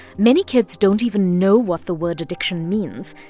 many kids don't even know what the word addiction means.